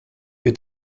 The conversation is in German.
wir